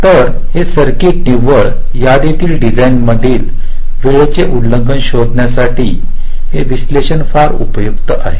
तर हे सर्किट निव्वळ यादीतील डिझाईन मधील वेळेचे उल्लंघन शोधण्यासाठी हे विश्लेषण फार उपयुक्त आहे